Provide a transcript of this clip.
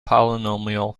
polynomial